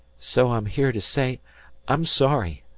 so i'm here to say i'm sorry.